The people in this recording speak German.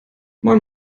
moin